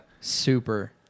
Super